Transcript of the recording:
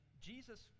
Jesus